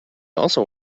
also